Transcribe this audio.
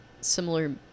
similar